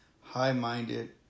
high-minded